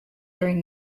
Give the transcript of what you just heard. during